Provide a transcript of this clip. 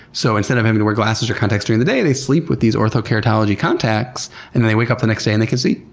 so instead of having to wear glasses or contacts during the day, they sleep with these orthokeratology contacts and then they wake up the next day and they can see.